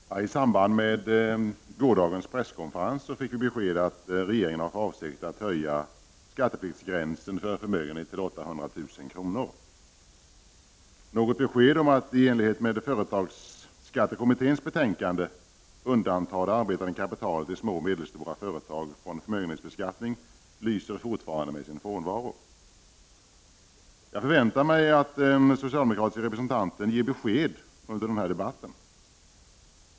Fru talman! I samband med gårdagens presskonferens fick vi beskedet att regeringen har för avsikt att höja skattepliktsgränsen för förmögenhet till 800 000 kr. Besked om att, i enlighet med företagsskattekommitténs betänkande, undanta det arbetande kapitalet i små och medeistora företag från förmögenhetsbeskattning lyser fortfarande med sin frånvaro. Jag väntar mig att den socialdemokratiske representanten under den här debatten ger besked på den punkten.